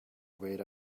wait